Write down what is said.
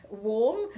warm